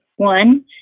One